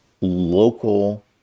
local